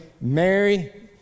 Mary